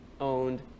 owned